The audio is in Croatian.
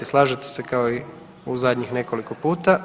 Slažete se kao i u zadnjih nekoliko puta?